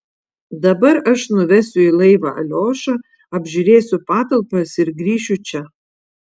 dabar aš nuvesiu į laivą aliošą apžiūrėsiu patalpas ir grįšiu čia